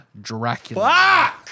Dracula